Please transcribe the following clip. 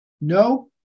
no